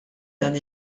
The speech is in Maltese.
dan